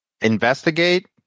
investigate